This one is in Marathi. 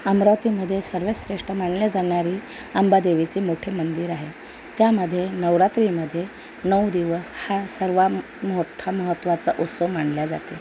अमरावतीमध्ये सर्वात श्रेष्ठ मानल्या जाणारी अंबादेवीचे मोठे मंदिर आहे त्यामध्ये नवरात्रीमध्ये नऊ दिवस हा सर्वात मोठा महत्त्वाचा उत्सव मानला जातो